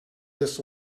this